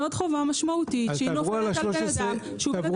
זאת עוד חובה משמעותית שנופלת על בן אדם שהוא בן אדם אחד.